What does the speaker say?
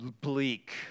bleak